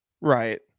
Right